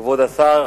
כבוד השר,